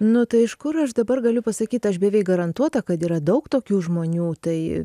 nu tai iš kur aš dabar galiu pasakyt aš beveik garantuota kad yra daug tokių žmonių tai